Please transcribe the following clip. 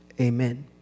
Amen